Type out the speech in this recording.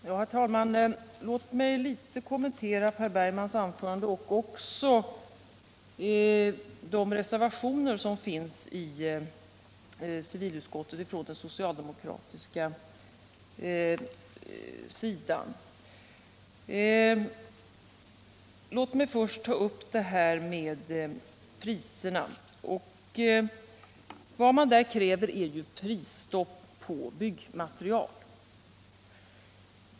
Herr talman! Låt mig litet kommentera Per Bergmans anförande och också de reservationer som finns till civilutskottets betänkande från den socialdemokratiska sidan. Låt mig först ta upp priserna. Vad man där kräver är prisstopp på byggmaterial.